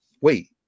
Wait